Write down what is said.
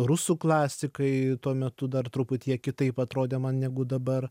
rusų klasikai tuo metu dar truputį jie kitaip atrodė man negu dabar